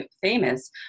famous